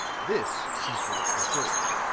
this completes the story,